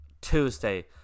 Tuesday